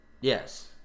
yes